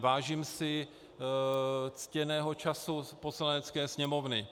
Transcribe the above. Vážím si ctěného času Poslanecké sněmovny.